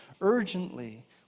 urgently